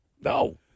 No